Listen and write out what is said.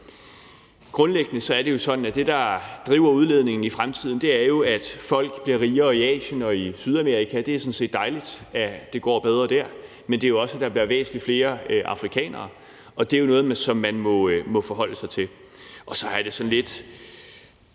Grundlæggende er det jo sådan, at det, der driver udledningen i fremtiden, er, at folk i Asien og i Sydamerika bliver rigere, og det er sådan set dejligt, at det går bedre dér, men det er jo også sådan, at der bliver væsentlig flere afrikanere, og det er jo også noget, som man må forholde sig til. Så er der også sådan lidt